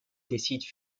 décide